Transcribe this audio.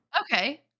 Okay